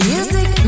Music